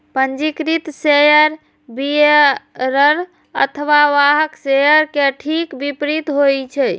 पंजीकृत share bearer अथवा वाहक शेयर के ठीक विपरीत होइ छै